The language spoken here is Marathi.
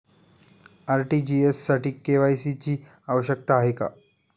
आर.टी.जी.एस साठी के.वाय.सी ची आवश्यकता आहे का?